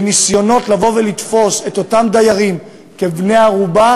וניסיונות לתפוס את אותם דיירים כבני-ערובה